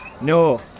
No